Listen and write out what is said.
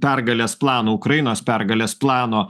pergalės plano ukrainos pergalės plano